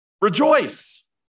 Rejoice